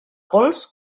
pols